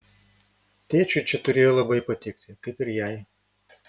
tėčiui čia turėjo labai patikti kaip ir jai